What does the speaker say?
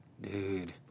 Dude